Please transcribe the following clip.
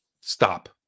stop